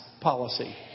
policy